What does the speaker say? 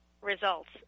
Results